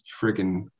freaking